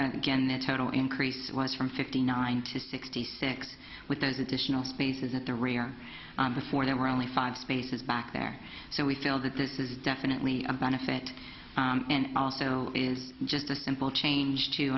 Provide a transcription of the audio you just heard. again the total increase was from fifty nine to sixty six with those additional spaces at the array or the four there were only five spaces back there so we feel that this is definitely a benefit and also is just a simple change to